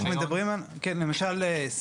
למשל,